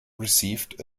received